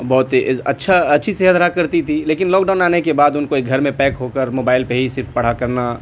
بہت ہی اچھا اچھی صحت رہا کرتی تھی لیکن لاک ڈاؤن آنے کے بعد ان کو ایک گھر میں پیک ہو کر موبائل پہ ہی صرف پڑھا کرنا